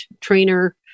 trainer